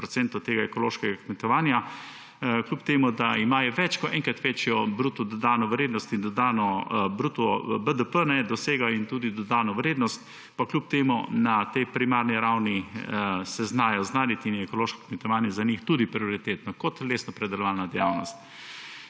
tega ekološkega kmetovanja, kljub temu da imajo več kot enkrat večjo bruto dodano vrednost, BDP dosega in tudi dodano vrednost, pa kljub temu na tej primarni ravni se znajo znajti in je ekološko kmetovanje za njih tudi prioritetno kot lesnopredelovalna dejavnost.